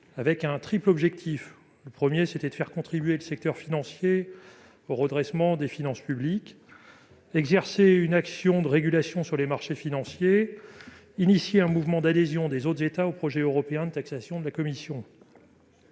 avec un triple objectif : faire contribuer le secteur financier au redressement des finances publiques, exercer une action de régulation sur les marchés financiers et initier un mouvement d'adhésion des autres États au projet européen de taxation de la Commission.